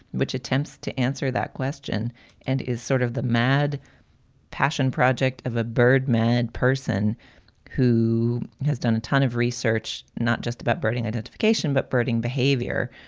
which attempts to answer that question and is sort of the mad passion project of a bird mad person who has done a ton of research, not just about birding and id, but birding behavior.